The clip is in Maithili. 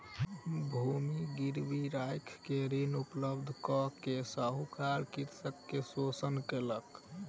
भूमि गिरवी राइख के ऋण उपलब्ध कय के साहूकार कृषक के शोषण केलक